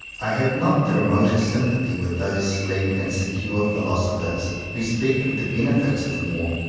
i have not the remotest sympathy with those sleek and secure philosophers who speak of the benefits of war.